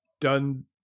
done